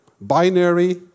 Binary